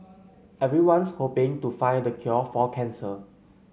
everyone's hoping to find the cure for cancer